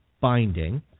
binding